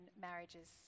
marriages